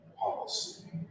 policy